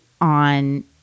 on